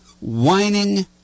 whining